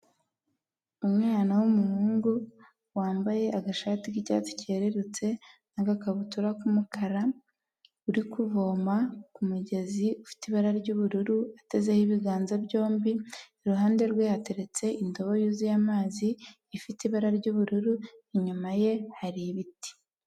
Umwana w'umuhungu wambaye agashati k'icyatsi cyerurutse n'agakabutura k'umukara, uri kuvoma ku mugezi ufite ibara ry'ubururu, atezeho ibiganza byombi, iruhande rwe hateretse indobo yuzuye amazi ifite ibara ry'ubururu, inyuma ye hari ibiti.